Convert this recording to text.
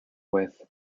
width